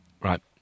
right